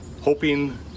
hoping